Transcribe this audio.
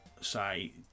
say